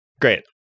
Great